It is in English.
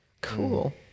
Cool